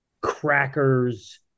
crackers